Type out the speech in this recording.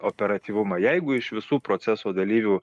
operatyvumą jeigu iš visų proceso dalyvių